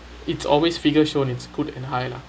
it's always figures show and it's good and high lah